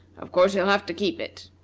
of course you'll have to keep it.